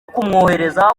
kumwohereza